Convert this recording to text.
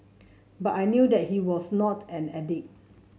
but I knew that he was not an addict